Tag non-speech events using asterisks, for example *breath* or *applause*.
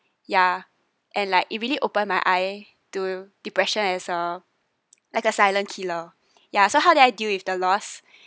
ya and like it really opened my eyes to depression as a like a silent killer *breath* ya so how did I deal with the loss *breath*